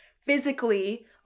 physically